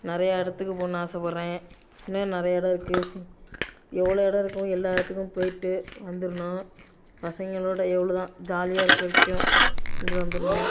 நிறையா இடத்துக்குப் போகணுன்னு ஆசைபட்றேன் இன்னும் நிறையா இடம் இருக்குது சிங் எவ்வளோ இடம் இருக்கோ எல்லா இடத்துக்கும் போயிட்டு வந்துரணும் பசங்களோடய எவ்வளோ தான் ஜாலியாக இருக்கற வரைக்கும் இருந்துட்டு வந்துடணும்